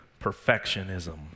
perfectionism